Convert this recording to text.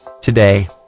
Today